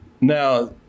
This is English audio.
Now